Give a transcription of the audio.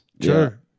Sure